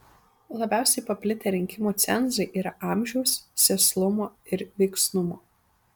labiausiai paplitę rinkimų cenzai yra amžiaus sėslumo ir veiksnumo